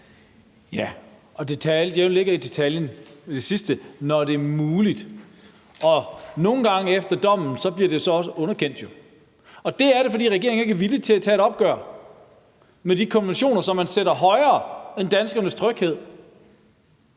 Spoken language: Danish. i detaljen, nemlig i det sidste med, når det »er muligt«, og nogle gange, efter dommen, bliver det så også underkendt. Det gør det, fordi regeringen ikke er villig til at tage et opgør med de konventioner, som man sætter højere end danskernes tryghed.